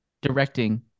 directing